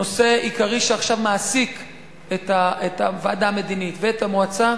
נושא עיקרי שעכשיו מעסיק את הוועדה המדינית ואת המועצה,